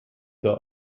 der